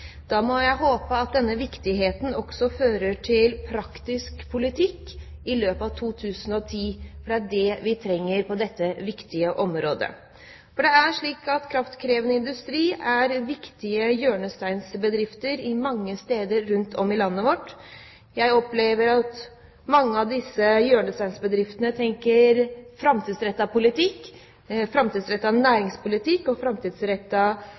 Da får jeg håpe at det også fører til praktisk politikk i løpet av 2010, for det er det vi trenger på dette viktige området. Kraftkrevende industri er viktige hjørnesteinsbedrifter mange steder rundt om i landet vårt. Jeg opplever at mange av disse hjørnesteinsbedriftene tenker framtidsrettet politikk, framtidsrettet næringspolitikk og